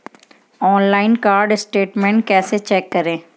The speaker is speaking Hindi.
ऑनलाइन कार्ड स्टेटमेंट कैसे चेक करें?